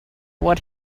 what